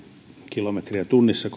kilometriä tunnissa